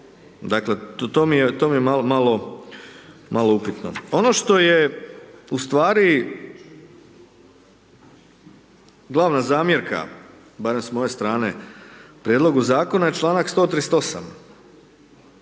Dakle, to mi je malo upitno. Ono što je u stvari glavna zamjerka, barem s moje strane, prijedlogu Zakona, čl. 138.